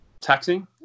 taxing